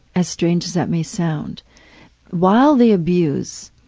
as strange as that may sound while they abuse,